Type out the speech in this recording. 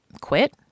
quit